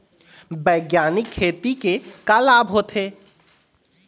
बैग्यानिक खेती के का लाभ होथे?